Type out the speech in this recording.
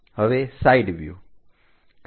હવે સાઈડ વ્યુહ